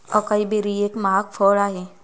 acai berry एक महाग फळ आहे